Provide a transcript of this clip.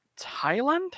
Thailand